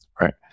right